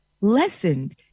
lessened